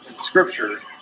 scripture